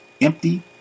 empty